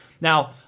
Now